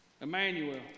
Emmanuel